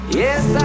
yes